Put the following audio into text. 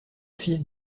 fils